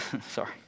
Sorry